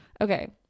Okay